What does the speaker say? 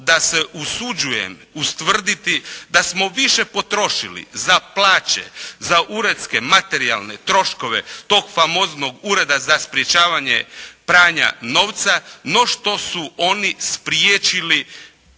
da se usuđujem ustvrditi da smo više potrošili za plaće, za uredske materijalne troškove tog famoznog Ureda za sprječavanje pranja novca no što su oni spriječili